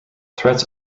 threats